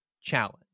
challenge